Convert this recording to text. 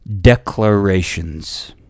declarations